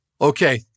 Okay